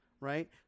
right